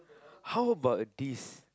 how about this